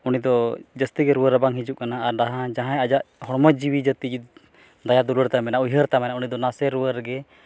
ᱩᱱᱤ ᱫᱚ ᱡᱟᱹᱥᱛᱤᱜᱮ ᱨᱩᱣᱟᱹ ᱨᱟᱵᱟᱝ ᱦᱤᱡᱩᱜ ᱠᱟᱱᱟ ᱟᱨ ᱫᱟᱦᱟ ᱡᱟᱦᱟᱸ ᱟᱡᱟᱜ ᱦᱚᱲᱢᱚ ᱡᱤᱣᱤ ᱡᱟᱹᱛᱤ ᱡᱩᱫᱤ ᱫᱟᱭᱟ ᱫᱩᱞᱟᱹᱲ ᱛᱟᱭ ᱢᱮᱱᱟᱜᱼᱟ ᱩᱭᱦᱟᱹᱨ ᱛᱟᱭ ᱩᱱᱤ ᱫᱚ ᱱᱟᱥᱮ ᱨᱩᱣᱟᱹ ᱨᱮᱜᱮ